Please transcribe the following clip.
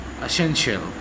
essential